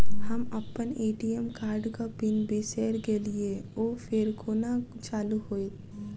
हम अप्पन ए.टी.एम कार्डक पिन बिसैर गेलियै ओ फेर कोना चालु होइत?